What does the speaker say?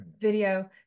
video